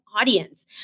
audience